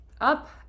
up